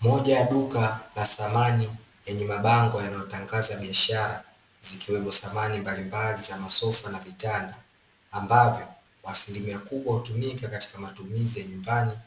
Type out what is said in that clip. Moja ya duka la samani, yenye mabango yanayotangaza biashara, zikiwemo samani mbalimbali za masofa na vitanda, ambavyo kwa asilimia kubwa hutumika katika matumizi ya nyumbani,